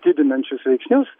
didinančius veiksnius